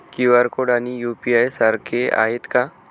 QR code आणि UPI सारखे आहेत का?